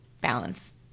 balance